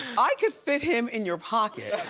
i could fit him in your pocket.